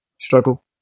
struggle